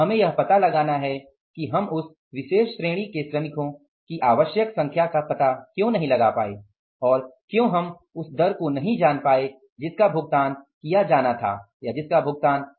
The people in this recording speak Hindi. हमें यह पता लगाना है कि हम उस विशेष श्रेणी के श्रमिकों की आवश्यक संख्या का पता क्यों नहीं लगा पाए और क्यों हम उस दर को नही जान पाए जिसका भुगतान किया जाना चाहिए था है ना